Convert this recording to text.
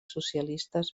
socialistes